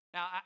Now